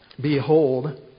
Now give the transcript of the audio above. Behold